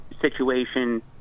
situation